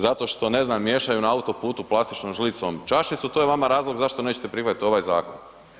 Zato što ne znam, miješaju na autoputu plastičnom žlicom čašicu, to je vama razlog zašto nećete prihvatiti ovaj zakon.